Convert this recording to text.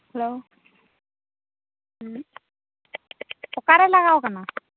hello ᱦᱩᱸ ᱚᱠᱟᱨᱮ ᱞᱟᱜᱟᱣ ᱟᱠᱟᱱᱟ